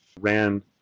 ran